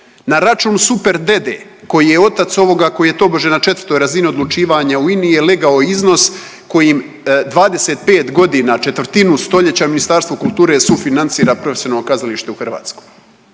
Na račun super dede koji je otac ovoga koji je tobože na 4. razini odlučivanja u INA-i je legao iznos kojim 25 godina, četvrtinu stoljeća Ministarstvo kulture sufinancira profesionalno kazalište u Hrvatskoj.